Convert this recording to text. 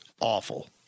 awful